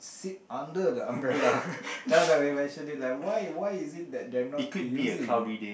sit under the umbrella tell them eventually like why why is that they are not using